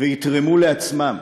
ויתרמו לעצמם,